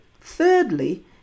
Thirdly